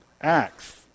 Acts